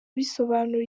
bisobanura